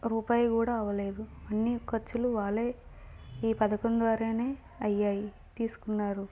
రూపాయి కూడా అవ్వలేదు అన్నీ ఖర్చులు వాళ్ళు ఈ పథకం ద్వారా అయినాయి తీసుకున్నారు